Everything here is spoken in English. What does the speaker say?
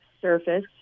surface